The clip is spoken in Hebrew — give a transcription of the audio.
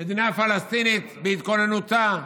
מדינה פלסטינית בהתכוננותה.